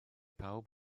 pawb